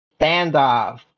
standoff